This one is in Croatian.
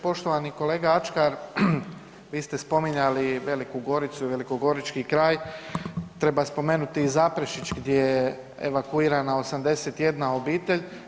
Poštovani kolega Ačkar vi ste spominjali Veliku Goricu i velikogorički kraj, treba spomenuti i Zaprešić gdje je evakuirana 81 obitelj.